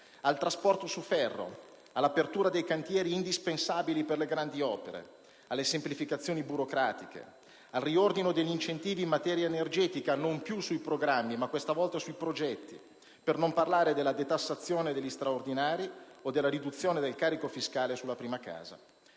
al trasporto su ferro, all'apertura dei cantieri indispensabili per le grandi opere, alle semplificazioni burocratiche, al riordino degli incentivi in materia energetica non più sui programmi, ma questa volta sui progetti; per non parlare della detassazione degli straordinari o della riduzione del carico fiscale sulla prima casa.